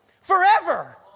forever